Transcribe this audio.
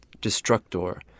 destructor